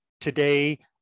today